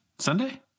Sunday